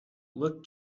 look